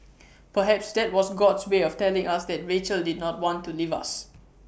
perhaps that was God's way of telling us that Rachel did not want to leave us